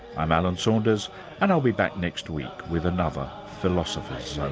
i'm alan saunders and i'll be back next week with another philosopher's